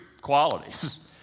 qualities